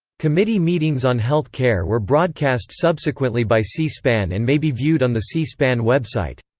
committee meetings on health care were broadcast subsequently by c-span and may be viewed on the c-span website.